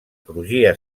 crugia